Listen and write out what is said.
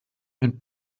ein